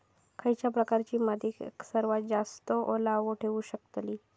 खयच्या प्रकारची माती सर्वात जास्त ओलावा ठेवू शकतली?